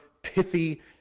pithy